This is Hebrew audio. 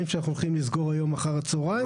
שאנחנו הולכים לסגור היום אחר הצוהריים.